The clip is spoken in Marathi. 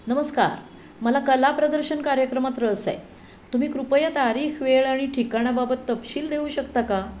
नमस्कार मला कला प्रदर्शन कार्यक्रमात रस आहे तुम्ही कृपया तारीख वेळ आणि ठिकाणाबाबत तपशील देऊ शकता का